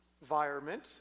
environment